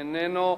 איננו.